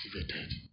activated